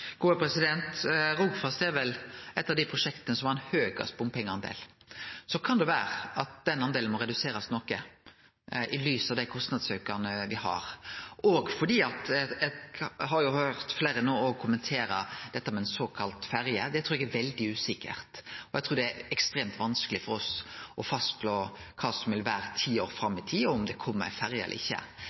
Rogfast er vel eit av dei prosjekta som har høgast bompengedel. Det kan vere at den delen må reduserast noko i lys av den kostnadsauken me har. Eg har no høyrt fleire kommentere dette med ei såkalla ferje. Det trur eg er veldig usikkert, og eg trur det er ekstremt vanskeleg for oss å fastslå kva som vil vere ti år fram i tid – om det kjem ei ferje eller ikkje.